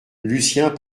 lucien